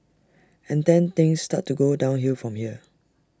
and then things start to go downhill from here